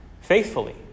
faithfully